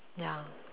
ya